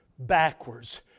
Backwards